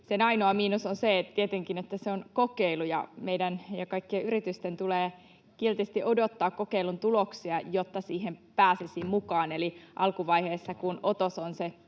Sen ainoa miinus on tietenkin se, että se on kokeilu, ja meidän ja kaikkien yritysten tulee kiltisti odottaa kokeilun tuloksia, jotta siihen pääsisi mukaan. Eli alkuvaiheessa, kun otos on se